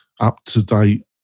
up-to-date